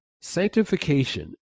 sanctification